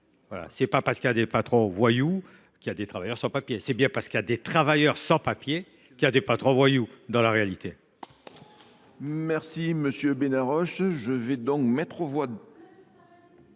Ce n’est pas parce qu’il y a des patrons voyous qu’il y a des travailleurs sans papiers : c’est parce qu’il y a des travailleurs sans papiers qu’il y a des patrons voyous ! La parole